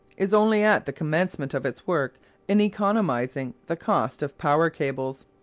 is only at the commencement of its work in economising the cost of power-cables.